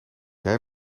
jij